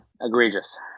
Egregious